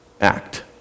Act